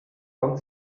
kommt